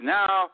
now